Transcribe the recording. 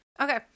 Okay